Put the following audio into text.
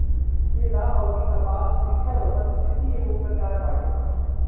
केला अउर कपास वृक्षारोपण कृषि एगो प्रकार बाटे